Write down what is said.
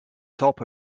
top